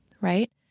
Right